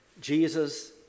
Jesus